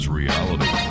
reality